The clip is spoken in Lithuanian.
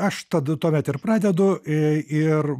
aš tada tuomet ir pradedui ir